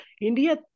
india